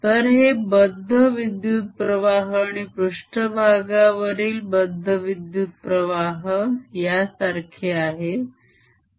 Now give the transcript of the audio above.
तर हे बद्ध विद्युत प्रवाह आणि पृष्ठभागावरील बद्ध विद्युत प्रवाह यासारखे आहे